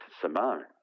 Simone